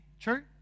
true